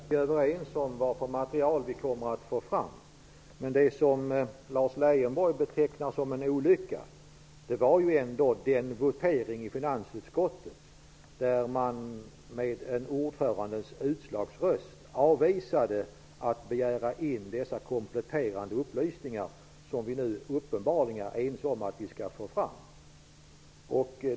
Herr talman! Det är utmärkt att vi är överens om vad för material som vi kommer att få fram. Men det som Lars Leijonborg betecknar som en olycka var ju ändå den votering i finansutskottet då utskottet med hjälp av ordförandens utslagsröst avvisade en begäran om att få in dessa kompletterande upplysningar, upplysningar som vi nu uppenbarligen är ense om att vi skall få fram.